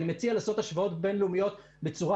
ואני מציע לעשות השוואות בין-לאומיות בצורה